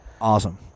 Awesome